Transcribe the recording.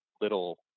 little